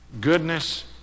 Goodness